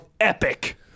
epic